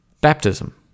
Baptism